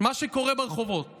מה שקורה ברחובות